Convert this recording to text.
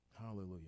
Hallelujah